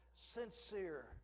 sincere